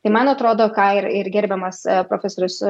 tai man atrodo ką ir ir gerbiamas profesorius